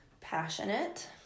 Passionate